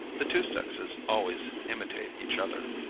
the two sexes always imitate each other.